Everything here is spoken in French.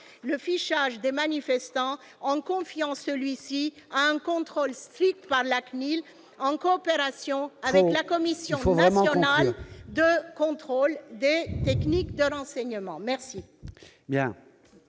le fichage des manifestants, en plaçant celui-ci sous un contrôle strict par la CNIL, en coopération avec la Commission nationale de contrôle des techniques de renseignement, la